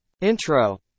Intro